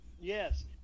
yes